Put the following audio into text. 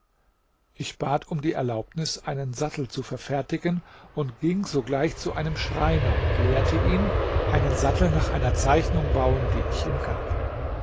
ich bat um die erlaubnis einen sattel zu verfertigen und ging sogleich zu einem schreiner und lehrte ihn einen sattel nach einer zeichnung bauen die ich ihm gab